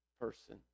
person